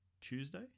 Tuesday